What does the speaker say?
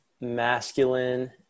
masculine